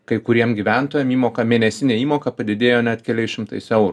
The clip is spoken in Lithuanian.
kai kuriem gyventojam įmoka mėnesinė įmoka padidėjo net keliais šimtais eurų